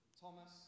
Thomas